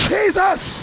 Jesus